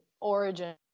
origin